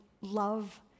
love